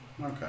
Okay